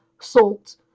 salt